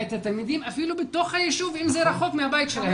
את התלמידים אפילו בתוך היישוב אם זה רחוק מהבית שלהם.